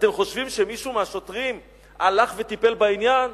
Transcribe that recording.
אתם חושבים שמישהו מהשוטרים הלך וטיפל בעניין?